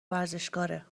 ورزشکاره